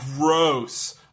gross